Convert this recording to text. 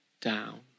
down